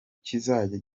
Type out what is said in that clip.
kizajya